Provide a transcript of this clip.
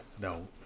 no